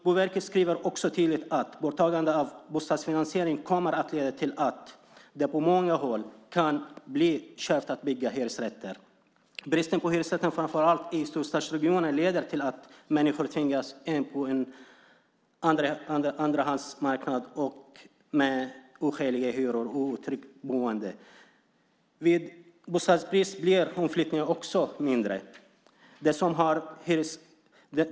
Boverket skriver också tydligt att borttagandet av bostadsfinansieringen kommer att leda till att det på många håll kan bli kärvt att bygga hyresrätter. Bristen på hyresrätter framför allt i storstadsregioner leder till att människor tvingas in på en andrahandsmarknad med oskäliga hyror och otryggt boende. Vid bostadsbrist blir omflyttningen också mindre.